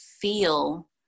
feel